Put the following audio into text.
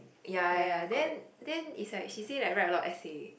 ya ya ya then then it's like she say like write a lot of essay